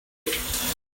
life